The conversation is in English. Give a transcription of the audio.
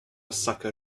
sucker